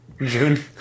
June